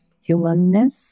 humanness